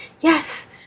Yes